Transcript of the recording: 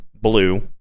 blue